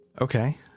Okay